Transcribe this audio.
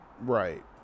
right